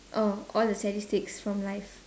all all the statistics from life